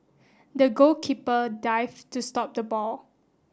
the goalkeeper dived to stop the ball